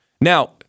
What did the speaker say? Now